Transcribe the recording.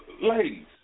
Ladies